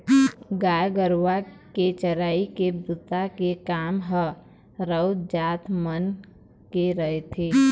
गाय गरुवा के चरई के बूता के काम ह राउत जात मन के रहिथे